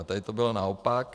Tady to bylo naopak.